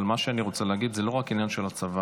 אבל אני רוצה להגיד שזה לא רק עניין של הצבא,